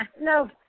No